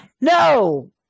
no